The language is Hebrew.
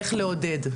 איך לעודד?